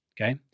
Okay